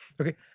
Okay